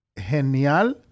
genial